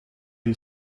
une